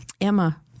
Emma